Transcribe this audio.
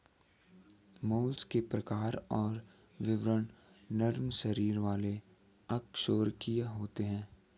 mollusc के प्रकार और विवरण नरम शरीर वाले अकशेरूकीय होते हैं